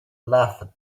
laughed